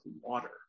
water